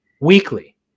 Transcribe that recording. weekly